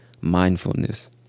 mindfulness